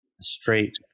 straight